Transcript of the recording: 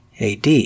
AD